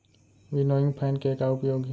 Winnowing fan के का उपयोग हे?